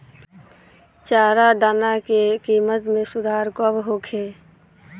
चारा दाना के किमत में सुधार कब होखे?